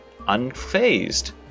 unfazed